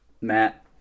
Matt